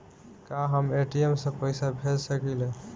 का हम ए.टी.एम से पइसा भेज सकी ले?